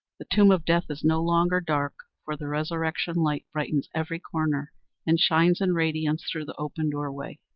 the tomb of death is no longer dark, for the resurrection light brightens every corner and shines in radiance through the open doorway.